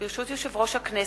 ברשות יושב-ראש הכנסת,